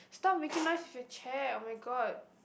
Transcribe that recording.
stop making noise with your chair oh-my-god